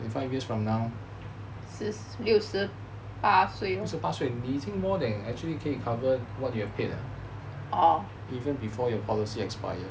twenty five years from now 六十八岁你已经 more than actually 可以 cover what you have paid eh even before your policy expire